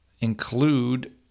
include